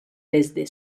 desde